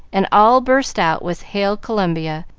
and all burst out with hail columbia,